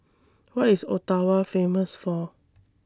What IS Ottawa Famous For